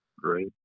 Great